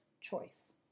choice